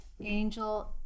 Angel